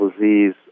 disease